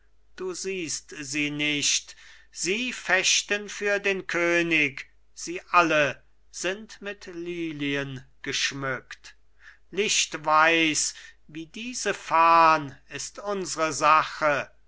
du siehst sie nicht sie fechten für den könig sie alle sind mit lilien geschmückt lichtweiß wie diese fahn ist unsre sache